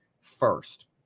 first